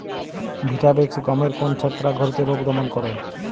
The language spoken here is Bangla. ভিটাভেক্স গমের কোন ছত্রাক ঘটিত রোগ দমন করে?